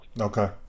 Okay